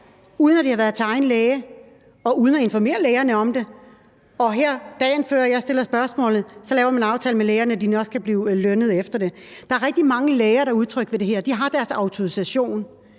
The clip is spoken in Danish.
uden at de har været til egen læge, og uden at informere lægerne om det. Og her dagen før jeg stiller spørgsmålet, laver man en aftale med lægerne om, at de nok skal blive lønnet efter det. Der er rigtig mange læger, der er utrygge ved det her. De har deres autorisation.